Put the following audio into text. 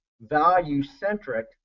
value-centric